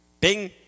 Bing